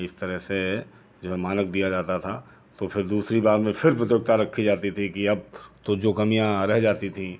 इस तरह से जो है मानक दिया जाता था तो फिर दूसरी बार में फिर प्रतियोगिता रखी जाती थी कि अब तो जो कमियाँ रह जाती थीं